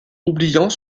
oubliant